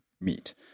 meet